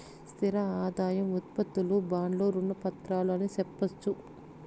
స్థిర ఆదాయం ఉత్పత్తులు బాండ్లు రుణ పత్రాలు అని సెప్పొచ్చు